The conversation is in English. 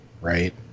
right